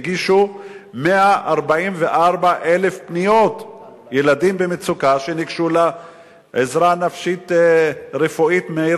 שהגיעו 144,000 פניות של ילדים במצוקה שביקשו עזרה נפשית מער"ן.